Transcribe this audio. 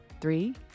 Three